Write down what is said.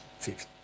50